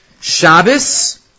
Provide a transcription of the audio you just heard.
Shabbos